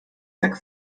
tak